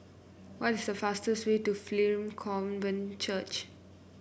what is the fastest way to Pilgrim Covenant Church